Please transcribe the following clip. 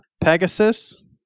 Pegasus